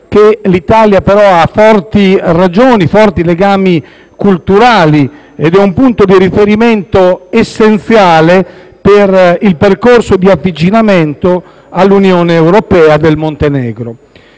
che l'Italia, però, ha forti ragioni e legami culturali con questo Paese ed è un punto di riferimento essenziale per il percorso di avvicinamento all'Unione europea del Montenegro.